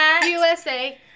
USA